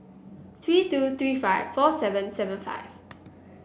three two three five four seven seven five